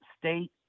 State